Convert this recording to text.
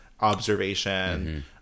observation